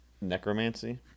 necromancy